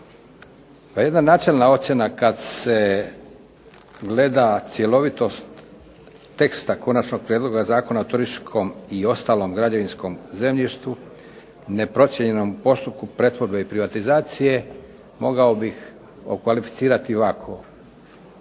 Pa jedna načelna ocjena kada se gleda cjelovitost teksta Konačnog prijedloga Zakona o turističkom i ostalom građevinskom zemljištu neprocijenjenom u postupku pretvorbe i privatizacije mogao bih okvalificirati ovako.